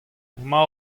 emañ